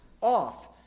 off